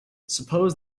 suppose